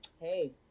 hey